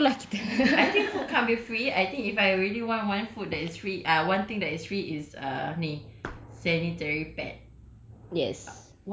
ya no food I think food can't be free I think if I really want one food that is free ah one thing that is free is ah ni sanitary pad